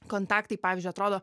kontaktai pavyzdžiui atrodo